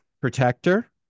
Protector